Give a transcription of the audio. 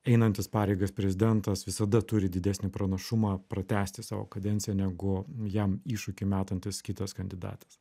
einantis pareigas prezidentas visada turi didesnį pranašumą pratęsti savo kadenciją negu jam iššūkį metantis kitas kandidatas